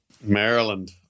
Maryland